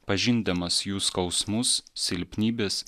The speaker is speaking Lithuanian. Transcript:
pažindamas jų skausmus silpnybes